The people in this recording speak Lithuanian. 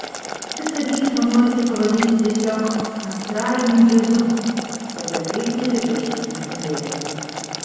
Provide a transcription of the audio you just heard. visą vyksmą norisi pavadinti tiesiog astraliniu džiazu kad ir kaip neapibrėžtai tai skambėtų